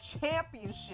championship